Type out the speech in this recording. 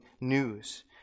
news